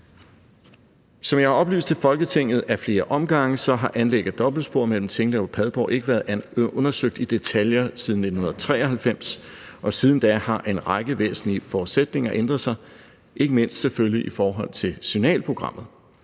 Som jeg har oplyst til Folketinget ad flere omgange, har anlæg af dobbeltspor mellem Tinglev og Padborg ikke været undersøgt i detaljer siden 1993, og siden da har en række væsentlige forudsætninger ændret sig ikke mindst selvfølgelig i forhold til signalprogrammet,